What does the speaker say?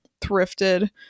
thrifted